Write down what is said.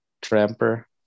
tramper